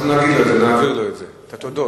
אנחנו נעביר לו את התודות.